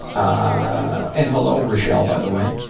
ah and hello rochelle, by the way.